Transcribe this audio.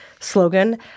slogan